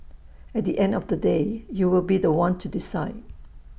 at the end of the day you will be The One to decide